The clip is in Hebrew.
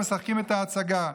משחקים את ההצגה.